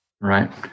right